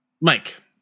mike